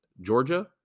Georgia